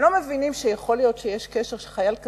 הם לא מבינים שיכול להיות קשר וחייל כזה,